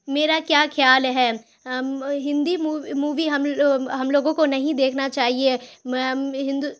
میرا کیا خیال ہے ہندی مووی ہم ہم لوگوں کو نہیں دیکھنا چاہیے ہندو